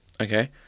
Okay